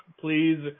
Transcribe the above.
please